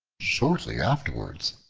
shortly afterwards,